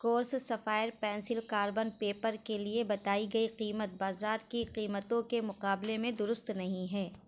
course sapphire pencil carbon paper کے لیے بتائی گئی قیمت بازار کی قیمتوں کے مقابلے میں درست نہیں ہیں